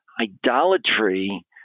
idolatry